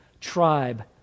tribe